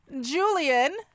Julian